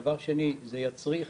דבר שני, זה יצריך